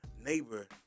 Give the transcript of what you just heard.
neighbor